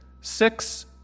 six